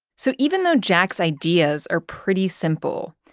so even though jack's ideas are pretty simple,